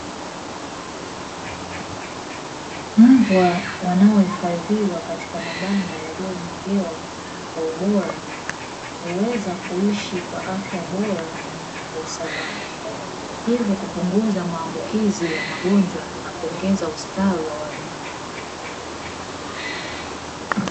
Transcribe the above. Mbwa wanaohifadhiwa katika mabanda yaliyojengewa kwa ubora, huweza kuisha kwa afya bora na kwa usalama, hivi kupunguza maambukizi ya magonjwa na kuongeza ustawi wa wanyama.